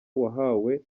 wahaye